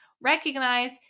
recognize